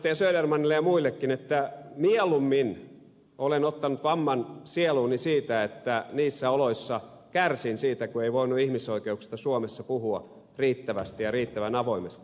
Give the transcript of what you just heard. södermanille ja muillekin että mieluummin olen ottanut vamman sieluuni siitä että niissä oloissa kärsin siitä kun ei voinut ihmisoikeuksista suomessa puhua riittävästi ja riittävän avoimesti